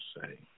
say